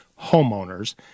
homeowners